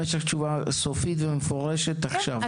אם יש לך תשובה סופית ומפורשת עכשיו.